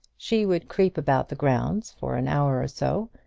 she would creep about the grounds for an hour or so,